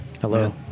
Hello